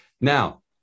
Now